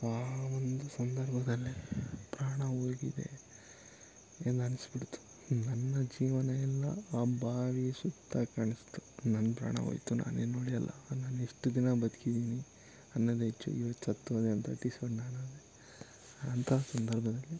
ಆ ಒಂದು ಸಂದರ್ಭದಲ್ಲೇ ಪ್ರಾಣ ಹೋಗಿದೆ ಎಂದನ್ಸ್ಬಿಡ್ತು ನನ್ನ ಜೀವನ ಎಲ್ಲ ಆ ಬಾವಿಯ ಸುತ್ತ ಕಾಣಿಸ್ತು ನನ್ನ ಪ್ರಾಣ ಹೋಯ್ತು ನಾನು ಇನ್ನು ಉಳಿಯಲ್ಲ ನಾನು ಇಷ್ಟು ದಿನ ಬದ್ಕಿದ್ದೀನಿ ಅನ್ನೋದೇ ಹೆಚ್ಚು ಇವತ್ತು ಸತ್ತೋದೆ ಅಂತ ಅಂಥ ಸಂದರ್ಭದಲ್ಲಿ